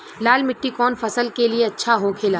लाल मिट्टी कौन फसल के लिए अच्छा होखे ला?